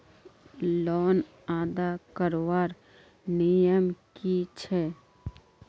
Loan अदा करवार नियम की छे?